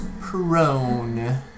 prone